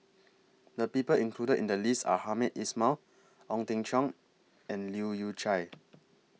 The People included in The list Are Hamed Ismail Ong Teng Cheong and Leu Yew Chye